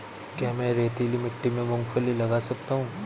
क्या मैं रेतीली मिट्टी में मूँगफली लगा सकता हूँ?